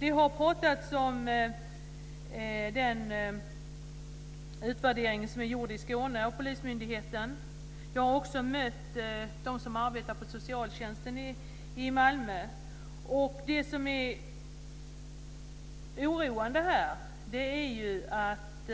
Det har pratats om den utvärdering som Polismyndigheten i Skåne har gjort. Jag har också mött dem som arbetar på socialtjänsten i Malmö. Det som är oroande är att